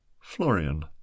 Florian